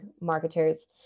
marketers